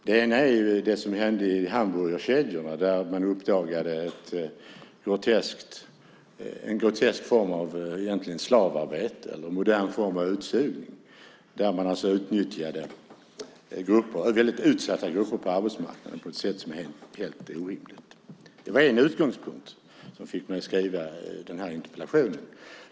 Det ena är det som hände i hamburgerkedjorna där man uppdagade en grotesk form av slavarbete eller en modern form av utsugning där man alltså utnyttjade väldigt utsatta grupper på arbetsmarknaden på ett sätt som är helt orimligt. Det var en utgångspunkt som fick mig att skriva denna interpellation.